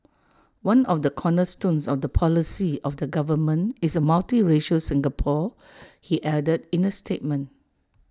one of the cornerstones of the policy of the government is A multiracial Singapore he added in A statement